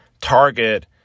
Target